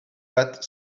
pat